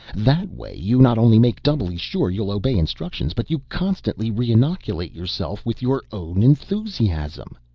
that way you not only make doubly sure you'll obey instructions but you constantly reinoculate yourself with your own enthusiasm.